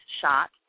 shot